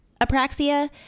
apraxia